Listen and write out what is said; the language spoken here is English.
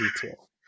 detail